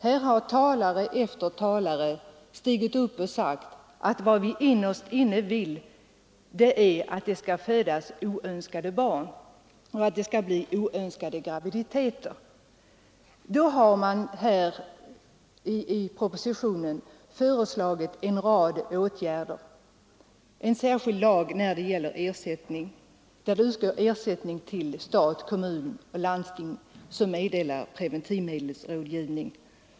Här har talare efter talare stigit upp och sagt att vad de innerst inne vill är att det inte skall bli oönskade graviditeter och födas oönskade barn. I propositionen har föreslagits en rad åtgärder, beträffande preventivmedelsrådgivning bl.a. en särskild lag enligt vilken det skall kunna utgå ersättning till stat, kommun och landsting för preventivmedelsrådgivning.